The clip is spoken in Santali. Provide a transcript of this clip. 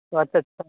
ᱟᱪᱪᱷᱟ ᱟᱪᱪᱷᱟ